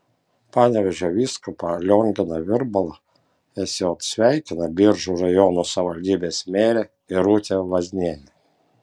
panevėžio vyskupą lionginą virbalą sj sveikina biržų rajono savivaldybės merė irutė vaznienė